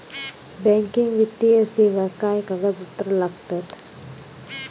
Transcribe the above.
Banking वित्तीय सेवाक काय कागदपत्र लागतत?